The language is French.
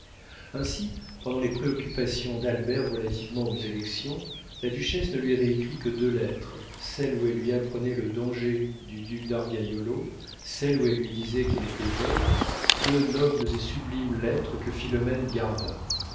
ainsi pendant les préoccupations d'albert relativement aux élections la duchesse ne lui avait écrit que deux lettres celle où elle lui apprenait le danger du duc d'argaiolo celle où elle lui disait qu'elle était veuve deux nobles et sublimes lettres que philomène garda